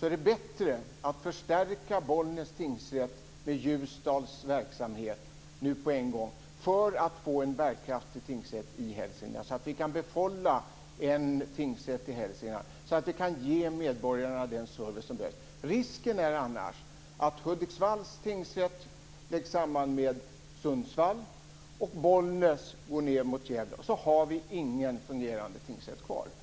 det är det bättre att förstärka Bollnäs tingsrätt med Ljusdals verksamhet nu på en gång för att få en bärkraftig tingsrätt i Hälsingland, så att vi kan behålla en tingsrätt i Hälsingland och så att vi kan ge medborgarna den service som behövs. Risken är annars att Hudiksvalls tingsrätt läggs samman med Sundsvalls tingsrätt, och Bollnäs går så att säga ned mot Gävle. Då har vi ingen fungerande tingsrätt kvar i Hälsingland.